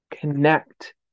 connect